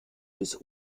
bis